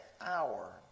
hour